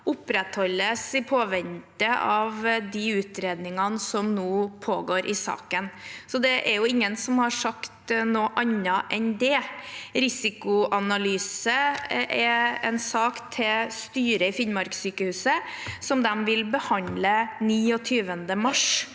opprettholdes i påvente av de utredningene som nå pågår i saken, og det er ingen som har sagt noe annet enn det. Risikoanalyse er en sak for styret i Finnmarkssykehuset, og de vil behandle den 29. mars